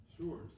Sure